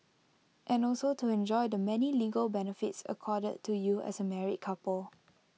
and also to enjoy the many legal benefits accorded to you as A married couple